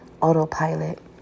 autopilot